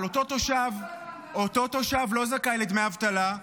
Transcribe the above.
אותו תושב לא זכאי לדמי אבטלה,